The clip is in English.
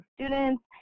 students